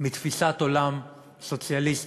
מתפיסת עולם סוציאליסטית.